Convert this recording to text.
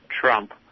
Trump